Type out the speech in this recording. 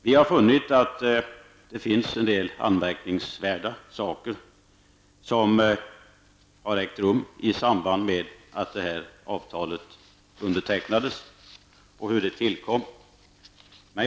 Vi har funnit att en del anmärkningsvärda saker har ägt rum i samband med att avtalet tillkom och när det undertecknades.